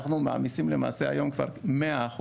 אנחנו מעמיסים היום כבר 100%,